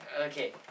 Okay